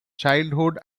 childhood